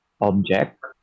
Object